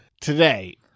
Today